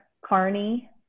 Carney